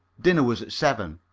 dinner was seven.